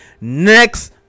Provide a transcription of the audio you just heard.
Next